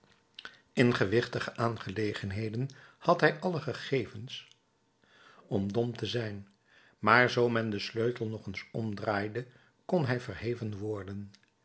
in gewichtige aangelegenheden had hij alle gegevens om dom te zijn maar zoo men den sleutel nog eens omdraaide kon hij verheven worden